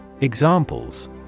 Examples